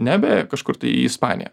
nebe kažkur tai į ispaniją